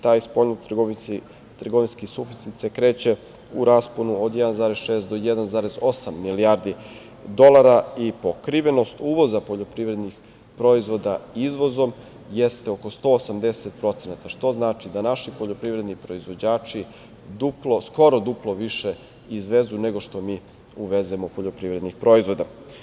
Taj spoljnotrgovinski suficit se kreće u rasponu od 1,6 do 1,8 milijardi dolara i pokrivenost uvoza poljoprivrednih proizvoda izvozom jeste oko 180%, što znači da naši poljoprivredni proizvođači skoro duplo više izvezu nego što mi uvezemo poljoprivrednih proizvoda.